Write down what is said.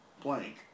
blank